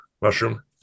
mushroom